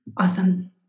Awesome